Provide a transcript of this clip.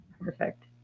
perfect